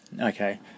Okay